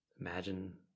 imagine